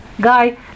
guy